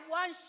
one